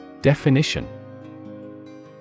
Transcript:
Definition